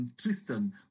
Tristan